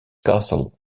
castle